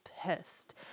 pissed